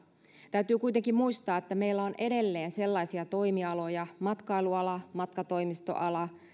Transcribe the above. täytyy kuitenkin muistaa että meillä on edelleen sellaisia toimialoja matkailuala matkatoimistoala